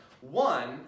One